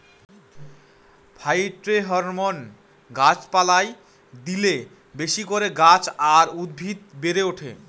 phytohormone গাছ পালায় দিলে বেশি করে গাছ আর উদ্ভিদ বেড়ে ওঠে